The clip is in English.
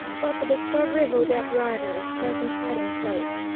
but the discovery of odette rider's present hiding-place.